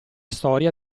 storia